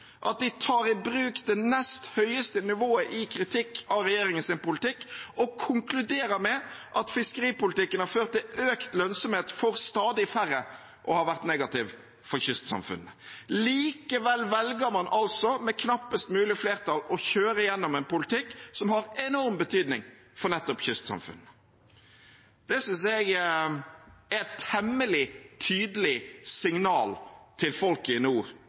at de tar i bruk det nest høyeste nivået i kritikk av regjeringens politikk og konkluderer med at fiskeripolitikken har ført til økt lønnsomhet for stadig færre og vært negativ for kystsamfunnene. Likevel velger man altså med knappest mulig flertall å kjøre igjennom en politikk som har enorm betydning for nettopp kystsamfunnene. Det synes jeg er et temmelig tydelig signal til folket i nord